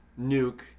Nuke